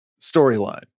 storyline